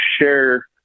share